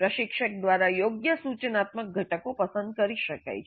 પ્રશિક્ષક દ્વારા યોગ્ય સૂચનાત્મક ઘટકો પસંદ કરી શકાય છે